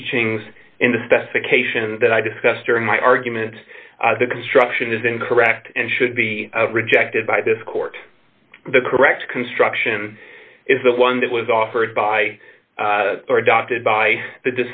teachings in the specification that i discussed during my argument the construction is incorrect and should be rejected by this court the correct construction is the one that was offered by adopted by the